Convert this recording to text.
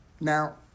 Now